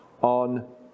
on